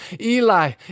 Eli